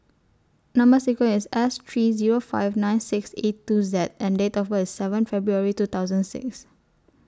Number sequence IS S three Zero five nine six eight two Z and Date of birth IS seven February two thousand six